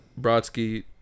Brodsky